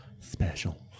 Special